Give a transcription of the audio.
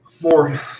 more